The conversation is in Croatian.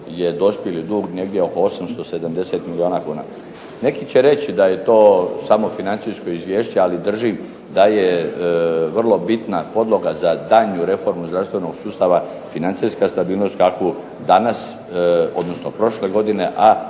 je dospjeli dug negdje oko 870 milijuna kuna. Neki će reći da je to samo financijsko izvješće ali držim da je to bitna podloga za daljnju reformu zdravstvenog sustava, financijsku stabilnost kakvu danas, odnosno prošle godine a